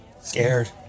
Scared